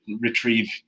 retrieve